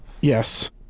yes